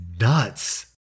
nuts